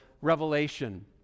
revelation